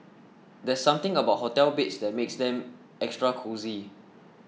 there's something about hotel beds that makes them extra cosy